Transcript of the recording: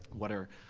what are,